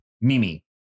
Mimi